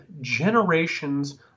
generations